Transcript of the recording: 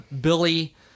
Billy